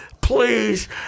please